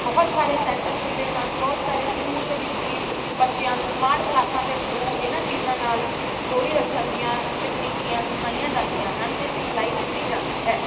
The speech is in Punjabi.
ਬਹੁਤ ਸਾਰੇ ਸੈਂਟਰ ਖੁੱਲ੍ਹੇ ਹਨ ਬਹੁਤ ਸਾਰੇ ਸਕੂਲ ਦੇ ਵਿੱਚ ਵੀ ਬੱਚਿਆਂ ਨੂੰ ਸਮਾਰਟ ਕਲਾਸਾਂ ਦੇ ਥਰੂ ਇਹਨਾਂ ਚੀਜ਼ਾਂ ਨਾਲ ਜੋੜੀ ਰੱਖਣ ਦੀਆਂ ਤਕਨੀਕੀਆਂ ਸਿਖਾਈਆਂ ਜਾਂਦੀਆਂ ਹਨ ਅਤੇ ਸਿਖਲਾਈ ਦਿੱਤੀ ਜਾਂਦੀ ਹੈ